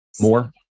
more